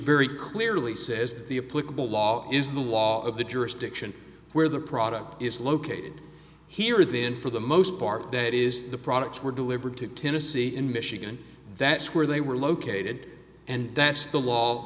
very clearly says the a political law is the law of the jurisdiction where the product is located here then for the most part that is the products were delivered to tennessee in michigan that's where they were located and that's the law